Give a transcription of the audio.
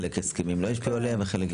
חלק לא הושפעו מההסכמים,